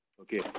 okay